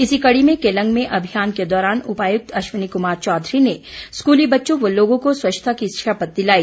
इसी कड़ी में केलंग में अभियान के दौरान उपायुक्त अश्वनी क्मार चौधरी ने स्कूली बच्चों व लोगों को स्वच्छता की शपथ दिलाई